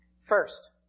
First